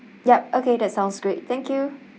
yup okay that sounds great thank you